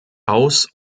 aus